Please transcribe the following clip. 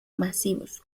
masivos